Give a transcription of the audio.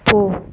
போ